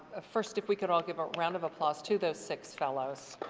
ah first if we could all give a round of applause to those six fellows.